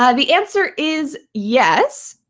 ah the answer is yes,